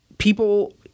People